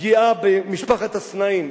פגיעה במשפחת הסנאים,